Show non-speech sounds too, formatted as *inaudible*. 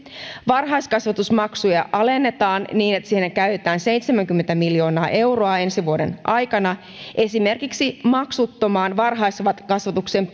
varhaiskasvatusmaksuja alennetaan niin että siihen käytetään seitsemänkymmentä miljoonaa euroa ensi vuoden aikana esimerkiksi maksuttoman varhaiskasvatuksen *unintelligible*